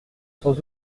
sans